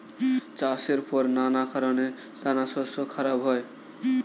চাষের পর নানা কারণে দানাশস্য খারাপ হয়